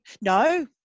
No